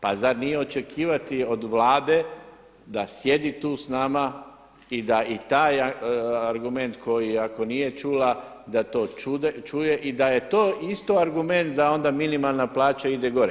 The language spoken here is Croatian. Pa zar nije očekivati od Vlade da sjedi tu s nama i da i taj argument koji ako nije čula da to čuje i da je to isto argument da onda minimalna plaća ide gore.